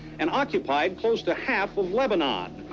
and occupied close to half of lebanon.